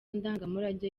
ndangamurage